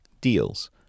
deals